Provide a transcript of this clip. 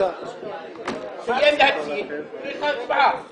נסיק מסקנות לפעמים הבאות.